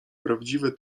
prawdziwe